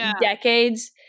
decades